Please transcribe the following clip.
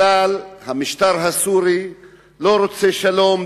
שהמשטר הסורי לא רוצה שלום,